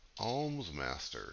Almsmaster